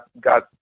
got